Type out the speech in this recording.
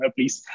Please